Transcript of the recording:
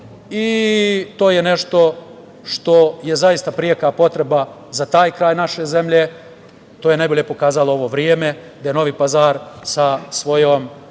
To je nešto što je zaista preka potreba za taj kraj naše zemlje. To je najbolje pokazalo ovo vreme, gde je Novi Pazar sa svojom